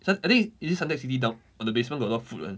sun~ I think is it suntec city down on the basement got a lot of food one